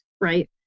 right